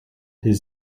his